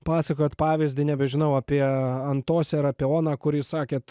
pasakojot pavyzdį nebežinau apie antosę ar apie oną kuri sakėt